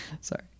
Sorry